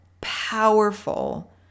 powerful